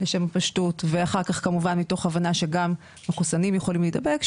לשם פשטות ואחר כך כמובן מתוך הבנה שגם מחוסנים יכולים להידבק,